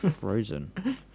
frozen